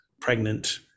pregnant